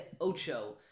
Ocho